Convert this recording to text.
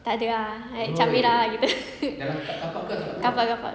tak ada ah like macam mirah ah gitu carpark carpark